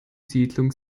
siedlung